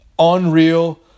Unreal